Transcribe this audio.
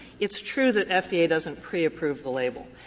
it's true that fda doesn't pre-approve the label,